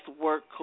work